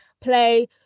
play